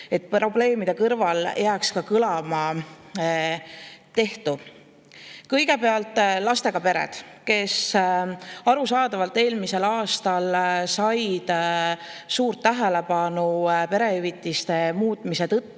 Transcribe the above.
et probleemide kõrval jääks kõlama ka tehtu. Kõigepealt, lastega pered. Nemad said eelmisel aastal suurt tähelepanu perehüvitiste muutmise tõttu,